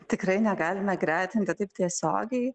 tikrai negalime gretinti taip tiesiogiai